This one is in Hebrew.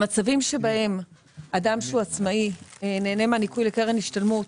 המצבים שבהם אדם שהוא עצמאי נהנה מהניכוי לקרן השתלמות,